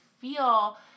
feel